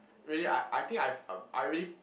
really I I think I've I I really